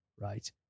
right